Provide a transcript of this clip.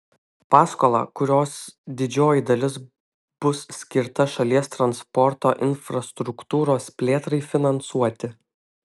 paskolą kurios didžioji dalis bus skirta šalies transporto infrastruktūros plėtrai finansuoti